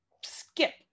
skip